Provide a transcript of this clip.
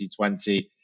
2020